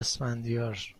اسفندیار